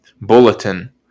Bulletin